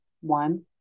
one